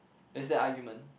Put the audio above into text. is that argument